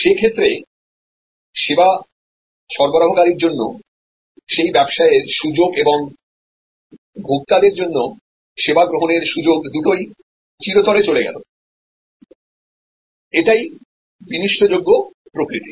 সে ক্ষেত্রে পরিষেবা সরবরাহকারীর জন্য সেই ব্যবসায়ের সুযোগ এবং ভোক্তাদের জন্য পরিষেবা গ্রহণের সুযোগদুটোই চিরতরে চলে গেল এটাই ইনসেপারেবল প্রকৃতি